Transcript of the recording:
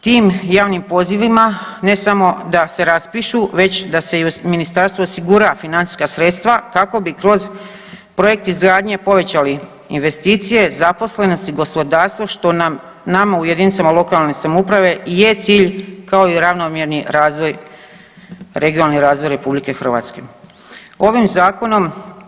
Tim javnim pozivima ne samo da se raspišu već da ministarstvo osigura financijska sredstva kako bi kroz projekt izgradnje povećali investicije, zaposlenost i gospodarstvo što nama u jedinicama lokalne samouprave je cilj kao i ravnomjerni razvoj, regionalni razvoj Republike Hrvatske.